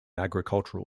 agricultural